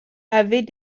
avaient